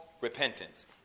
repentance